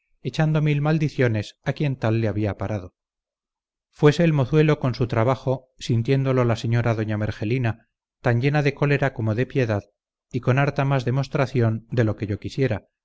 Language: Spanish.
echando mil maldiciones a quien tal le había parado fuese el mozuelo con su trabajo sintiéndolo la señora doña mergelina tan llena de cólera como de piedad y con harta más demostración de lo que yo quisiera